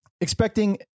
expecting